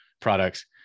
products